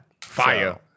Fire